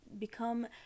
become